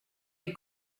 les